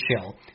chill